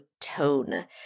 tone